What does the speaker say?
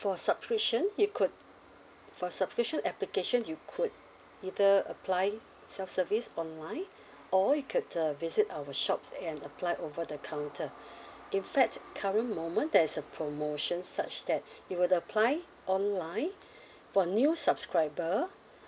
for subscription you could for subscription application you could either apply self-service online or you could uh visit our shops and apply over the counter in fact current moment there is a promotion such that you were to apply online for new subscriber